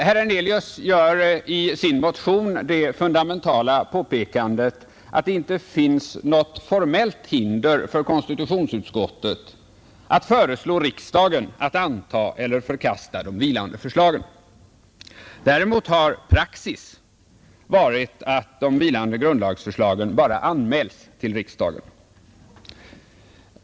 Herr Hernelius gör i sin motion det fundamentala påpekandet att det inte finns något formellt hinder för konstitutionsutskottet att föreslå riksdagen att anta eller förkasta de vilande förslagen. Däremot har praxis varit att de vilande grundlagsförslagen bara anmälts till riksdagen.